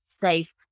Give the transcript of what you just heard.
safe